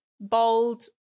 bold